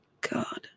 God